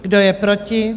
Kdo je proti?